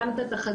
גם את התחזיות.